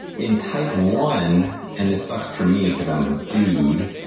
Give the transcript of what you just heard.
in type one and this sucks for me cause i'm a dude,